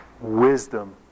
Wisdom